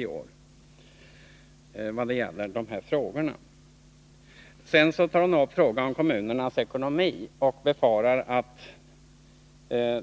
Sedan tog Grethe Lundblad upp frågan om kommunernas ekonomi; hon befarade att